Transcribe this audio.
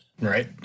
Right